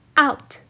out